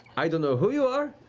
i don't know who you are,